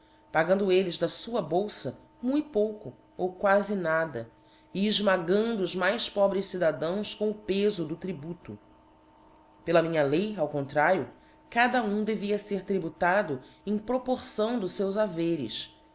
pagando elles da fua bolfa mui pouco ou quafi nada e efmagando os mais pobres cidadãos com o pefo do tributo pela minha lei ao contrario cada um devia fer tributado em proporção dos feus haveres